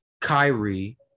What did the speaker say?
Kyrie